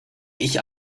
ich